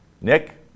Nick